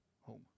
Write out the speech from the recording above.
home